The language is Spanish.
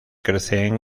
crecen